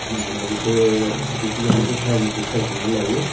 माने बिसोरो जिखिजाया मोनसे टाइमखौ सायख'ना लायो